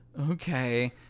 okay